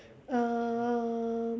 um